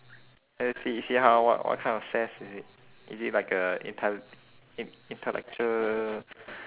let's see see how what what kind of sass is it is it like a intell~ in~ intellectual